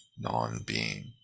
non-being